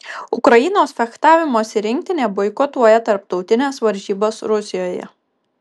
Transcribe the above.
ukrainos fechtavimosi rinktinė boikotuoja tarptautines varžybas rusijoje